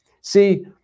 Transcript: See